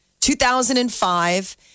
2005